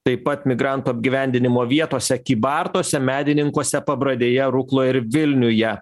taip pat migrantų apgyvendinimo vietose kybartuose medininkuose pabradėje rukloje ir vilniuje